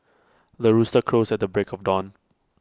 the rooster crows at the break of dawn